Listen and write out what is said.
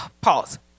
pause